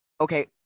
okay